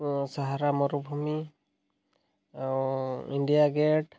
ଓ Sahara ମରୁଭୂମି ଆଉ India gate